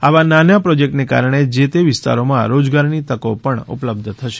આવા નાના પ્રોજેકટોના કારણે જે તે વિસ્તારોમાં રોજગારીની તકો પણ ઉપલબ્ધ થશે